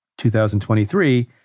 2023